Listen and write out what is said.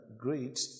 great